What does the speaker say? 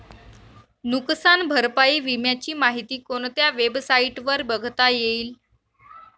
नुकसान भरपाई विम्याची माहिती कोणत्या वेबसाईटवर बघता येईल?